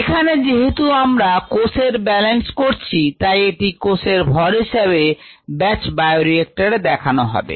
এখানে যেহেতু আমরা কোষের ব্যালেন্স করছি তাই এটি কোষের ভর হিসেবে ব্যাচ বায়োরিএক্টর দেখানো হবে